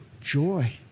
Joy